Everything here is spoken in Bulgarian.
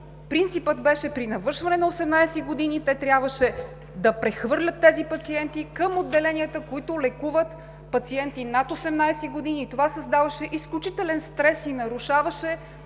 принципът беше: при навършване на 18 години те трябваше да прехвърлят тези пациенти към отделенията, които лекуват пациенти над 18 години. Това създаваше изключителен стрес, нарушаваше